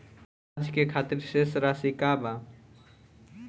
आज के खातिर शेष राशि का बा?